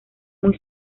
muy